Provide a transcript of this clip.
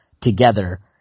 together